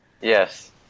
Yes